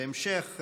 בהמשך,